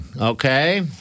Okay